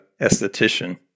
esthetician